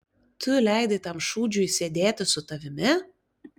tu leidai tam šūdžiui sėdėti su tavimi